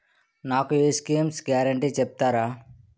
నాకు ఈ schemes guarantee చెప్తారా?